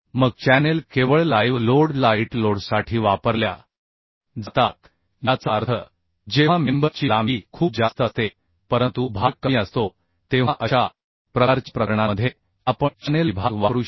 मग चॅनेल केवळ live load light लोडसाठी वापरल्या जातात याचा अर्थ जेव्हा मेंबर ची लांबी खूप जास्त असते परंतु भार कमी असतो तेव्हा अशा प्रकारच्या प्रकरणांमध्ये आपण चॅनेल विभाग वापरू शकतो